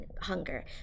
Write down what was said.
hunger